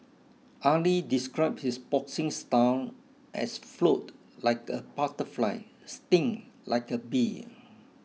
Ali described his boxing style as float like a butterfly sting like a bee